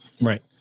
Right